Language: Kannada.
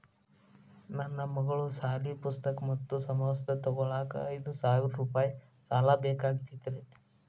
ನನ್ನ ಮಗಳ ಸಾಲಿ ಪುಸ್ತಕ್ ಮತ್ತ ಸಮವಸ್ತ್ರ ತೊಗೋಳಾಕ್ ಐದು ಸಾವಿರ ರೂಪಾಯಿ ಸಾಲ ಬೇಕಾಗೈತ್ರಿ